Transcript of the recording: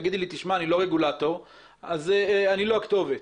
תגידי לי שאת לא הרגולטור ואת לא הכתובת